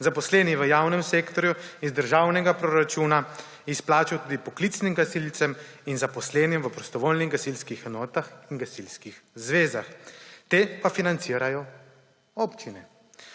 zaposleni v javnem sektorju, iz državnega proračuna izplačal tudi poklicnim gasilcem in zaposlenim v prostovoljnih gasilskih enotah in gasilskih zvezah, te pa financirajo občine.